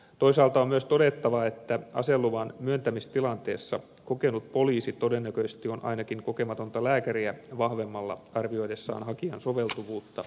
toisaalta on myös todettava että aseluvan myöntämistilanteessa kokenut poliisi todennäköisesti on ainakin kokematonta lääkäriä vahvemmilla arvioidessaan hakijan soveltuvuutta luvan saantiin